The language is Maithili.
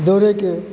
दौड़ेके